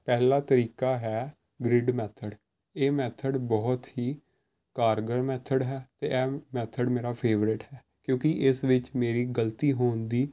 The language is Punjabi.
ਪਹਿਲਾਂ ਤਰੀਕਾ ਹੈ ਗਰਿਡ ਮੈਥਡ ਇਹ ਮੈਥਡ ਬਹੁਤ ਹੀ ਕਾਰਗਰ ਮੈਥਡ ਹੈ ਇਹ ਮੈਥਡ ਮੇਰਾ ਫੇਵਰੇਟ ਹੈ ਕਿਉਂਕਿ ਇਸ ਵਿੱਚ ਮੇਰੀ ਗਲਤੀ ਹੋਣ ਦੀ